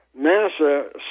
NASA